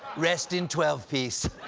rest in twelve piece.